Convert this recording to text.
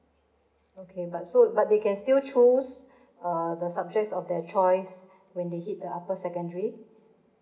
okay but so but they can still choose uh the subjects of their choice when they hit the upper secondary